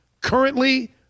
Currently